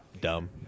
Dumb